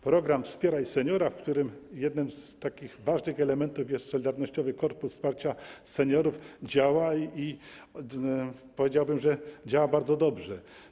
Program „Wspieraj seniora”, w którym jednym z ważnych elementów jest Solidarnościowy Korpus Wsparcia Seniorów działa i - powiedziałbym - działa bardzo dobrze.